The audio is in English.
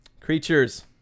Creatures